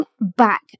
back